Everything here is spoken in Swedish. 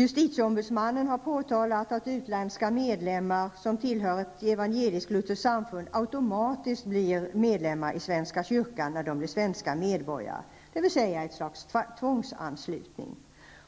Justitieombudsmannen har påtalat att utländska medborgare som tillhör ett evangeliskt-lutherskt samfund automatiskt blir medlemmar i svenska kyrkan när de blir svenska medborgare, dvs. ett slags tvångsanslutning.